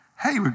hey